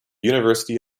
university